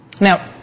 Now